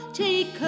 take